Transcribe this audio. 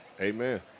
Amen